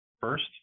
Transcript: first